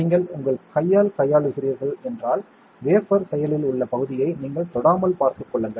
நீங்கள் உங்கள் கையால் கையாளுகிறீர்கள் என்றால் வேஃபர் செயலில் உள்ள பகுதியை நீங்கள் தொடாமல் பார்த்துக் கொள்ளுங்கள்